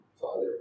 Father